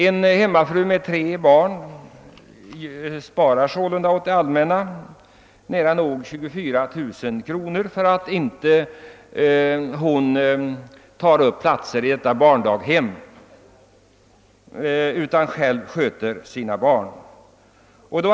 En hemmafru med tre barn sparar sålunda åt det allmänna nära nog 24 000 kr. genom att hon inte tar upp platser i dessa barndaghem utan själv sköter sina barn.